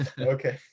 Okay